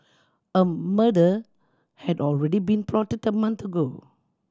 a murder had already been plotted a month ago